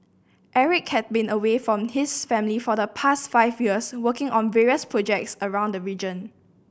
Eric had been away from his family for the past five years working on various projects around the region